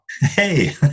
hey